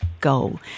Goal